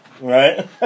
Right